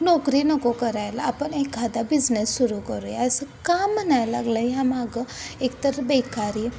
नोकरी नको करायला आपण एखादा बिझनेस सुरू करूया असं का म्हणायला लागला आहे ह्या मागं एकतर बेकारी